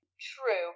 True